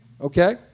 Okay